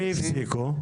מי הפסיקו?